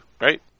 Right